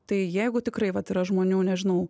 tai jeigu tikrai vat yra žmonių nežinau